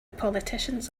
politicians